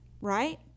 Right